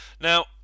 Now